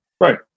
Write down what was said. Right